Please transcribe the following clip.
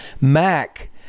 Mac